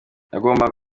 nagombaga